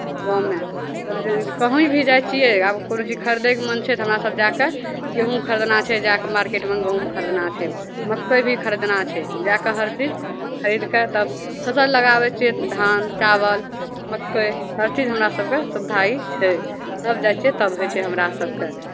गाँवमे तब जे कहीँ भी जाइ छियै आब कोनो चीज खरीदै कऽ मोन छै तऽ हमरा सभ जा कऽ गेहूँ खरीदना छै जा कऽ मार्केटमे गहुम खरीदना छै मक्कइ भी खरीदना छै जा कऽ हरचीज खरीद कऽ तब फसल लगाबै छियै धान चावल मक्कइ हरचीज हमरा सभके सुविधा छै तब जाइ छियै तब होइ छै हमरा सभके